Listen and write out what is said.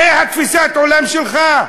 זאת תפיסת העולם שלך?